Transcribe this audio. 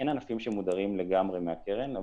אין ענפים שמודרים לגמרי מהקרן,